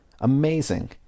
Amazing